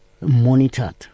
monitored